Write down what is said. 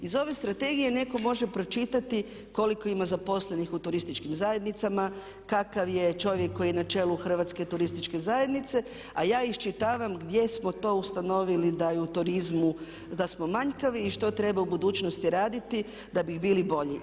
Iz ove strategije neko može pročitati koliko ima zaposlenih u turističkim zajednicama, kakva je čovjek koji je na čelu Hrvatske turističke zajednice a ja iščitavam gdje smo to ustanovili da je u turizmu da samo manjkavi i što treba u budućnosti raditi da bi bili bolji.